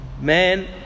man